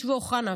שכשקיש ואוחנה,